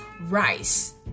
Rice